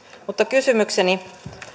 mutta kysymykseni